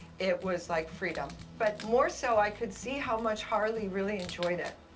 it was like freedom, but more so i could see how much harley really enjoyed it.